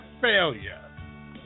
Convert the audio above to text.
failure